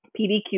PDQ